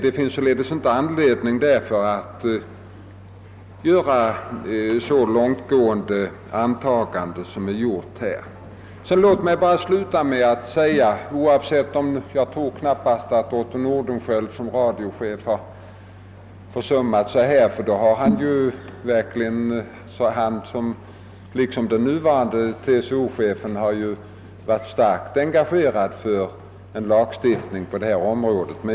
Det finns således inte anledning att göra så långtgående antaganden som man här gjort. Jag tror knappast att Otto Nordenskiöld som radiochef har försummat sig i deita avseende; han liksom den nuvarande TCO-chefen har varit starkt engagerad för en lagstiftning på detta område.